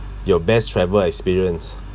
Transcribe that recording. your best travel experience